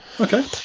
Okay